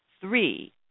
three